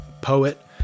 poet